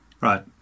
Right